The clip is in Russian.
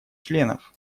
членов